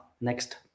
next